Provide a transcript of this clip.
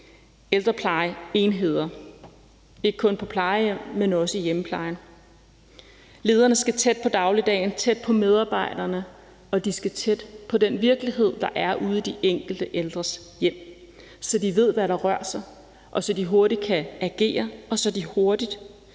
ældreplejeenheder. Det er ikke kun på plejehjem, men også i hjemmeplejen. Lederne skal tæt på dagligdagen, tæt på medarbejderne, og de skal tæt på den virkelighed, der er ude i de enkelte ældres hjem, så de ved, hvad der rører sig, og så de hurtigt kan agere, og så de hurtigt